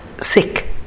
sick